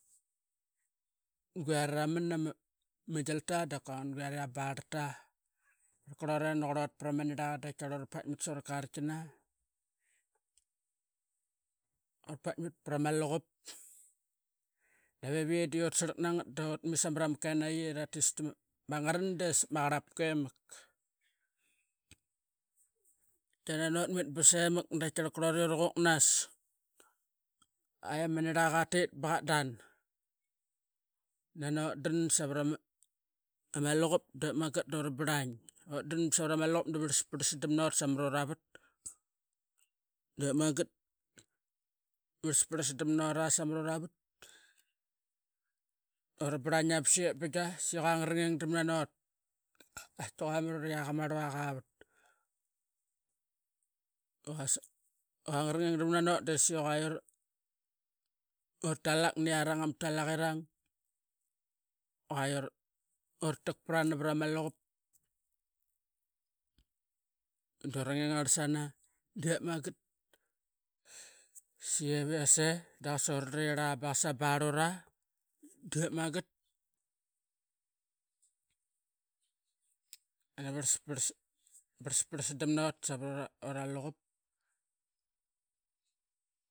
Gialta dakua ngan guari ama barlta. Taqarl krlore na qurlura prama nirlaqa da qaitaqarl ora paitmat sora kartina. Ora paitmat prama luqup dap iviyi di utsarlak nangat dut nait samrama kenai iratiski ma ngaran de sap ma qarlapka imak. Tiqarl nani utit ba semak da qaitiqarl krlora i uruquknas. Nana ma nirlaqa qatit ba qatdan savarama luqup, dep mangat dora brlain. Utdan davarls parlasdam naut samat ura vat. Dep magat dura brlaina basep bingia da ngarangingdamna naut qaiti qua mat uriak amarluaqa avat, qua ngaranging damna naut qaitki quamat uriak amarluaqa avat. Qua ngaranging damna naut diseququa ura talak ni arang ama talaqirang i quai uratak prana, vrama luqup dura ngingarlsana. Dep mangat da saiviasi daqasa urarirla baqasa ma barl ut dep mangat da varlsprlasdam naut savat ura luqup.